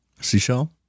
seashell